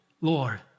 Lord